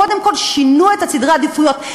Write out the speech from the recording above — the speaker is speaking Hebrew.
קודם כול שינו את סדרי העדיפויות,